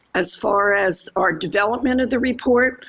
as far as our development of the report,